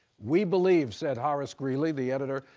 we believe, said horace greeley, the editor,